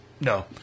No